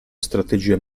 strategia